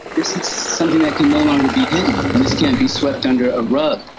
this is something that can no longer be hidden. and this can't be swept under a rug.